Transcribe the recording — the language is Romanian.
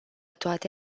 toate